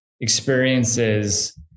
experiences